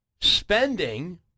spending